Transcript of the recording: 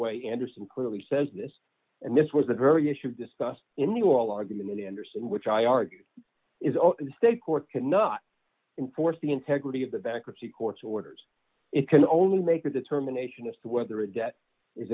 way anderson clearly says this and this was the very issue discussed in the oral argument of the andersen which i argue is a state court cannot enforce the integrity of the bankruptcy court orders it can only make a determination as to whether